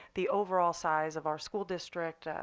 the overall size of our school district,